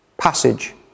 Passage